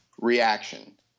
Reaction